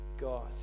God